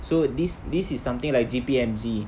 so this this is something like G_P_M_G